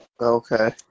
okay